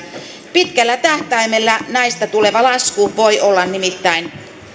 pitkällä tähtäimellä näistä tuleva lasku voi olla nimittäin